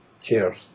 Cheers